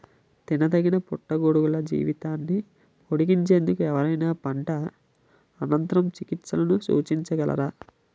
తినదగిన పుట్టగొడుగుల జీవితాన్ని పొడిగించేందుకు ఎవరైనా పంట అనంతర చికిత్సలను సూచించగలరా?